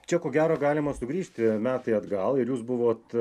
čia ko gero galima sugrįžti metai atgal ir jūs buvot